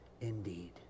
indeed